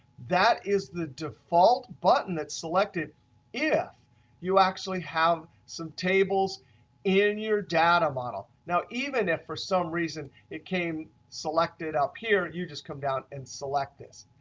that is the default button that's selected if you actually have some tables in your data model. now even if for some reason it came selected up here, you just come down and select this.